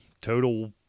total